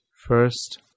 First